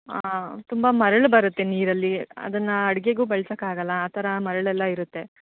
ಹಾಂ ತುಂಬ ಮರಳು ಬರುತ್ತೆ ನೀರಲ್ಲಿ ಅದನ್ನು ಅಡುಗೆಗೂ ಬಳ್ಸಕ್ಕೆ ಆಗೋಲ್ಲ ಆ ಥರ ಮರಳೆಲ್ಲ ಇರುತ್ತೆ